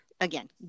again